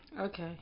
Okay